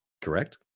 Correct